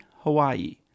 Hawaii